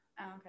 okay